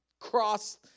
cross